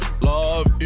love